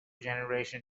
generation